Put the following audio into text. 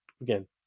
again